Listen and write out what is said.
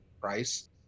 price